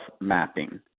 mapping